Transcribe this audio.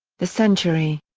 the century.